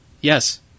Yes